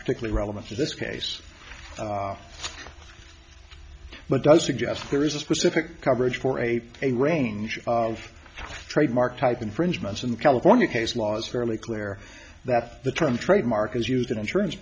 particularly relevant to this case but does suggest there is a specific coverage for a a range of trademark type infringements in california case law is fairly clear that the term trademark is used in insurance